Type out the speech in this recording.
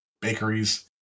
bakeries